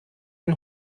ein